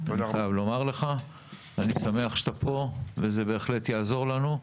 אני שמח שאתה פה וזה בהחלט יעזור לנו.